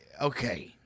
okay